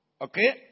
Okay